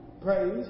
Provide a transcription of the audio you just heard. praise